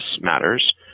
matters